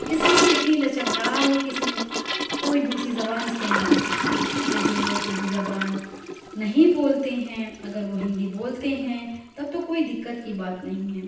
اِس لیے یہ اتنی لچک دار ہے کہ اِس میں کوئی دوسری زبان استعمال ہو سکتی ہے تو جو لوگ اُردو زبان نہیں بولتے ہیں اگر وہ ہندی بولتے ہیں تب تو کوئی دقت کی بات نہیں ہے